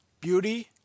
Beauty